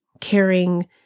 caring